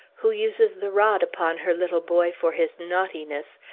who uses the rod upon her little boy for his naughtiness,